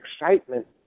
excitement